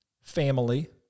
family